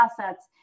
assets